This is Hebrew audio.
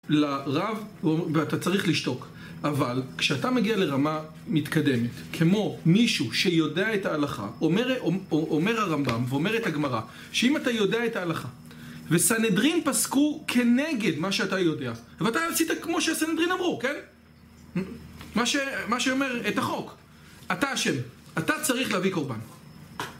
לרב ואתה צריך לשתוק. אבל כשאתה מגיע לרמה מתקדמת, כמו מישהו שיודע את ההלכה, אומר הרמב״ם, ואומרת הגמרא, שאם אתה יודע את ההלכה, וסנהדרין פסקו כנגד מה שאתה יודע, ואתה עשית כמו שהסנהדרין אמרו, כן? מה שאומר "את החוק", אתה אשם, ואתה צריך להביא קורבן.